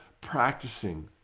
practicing